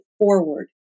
forward